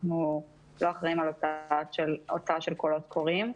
אנחנו לא אחראים על ההוצאה של קולות קוראים.